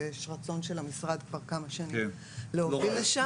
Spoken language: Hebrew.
ויש רצון של המשרד כבר כמה שנים להוביל לשם.